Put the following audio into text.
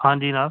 हांजी जनाब